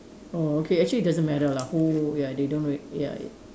orh okay actually it doesn't really matter lah who ya they don't really ya